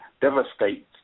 devastate